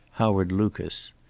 howard lucas.